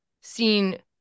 seen